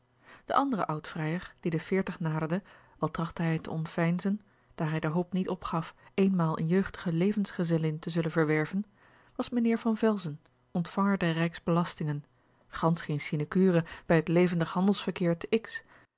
de andere oudvrijer die de veertig naderde al trachtte hij het te ontveinzen daar hij de hoop niet opgaf eenmaal eene jeugdige levensgezellin te zullen verwerven was mijnheer van velzen ontvanger der rijksbelastingen gansch geene sinecure bij het levendig handelsverkeer te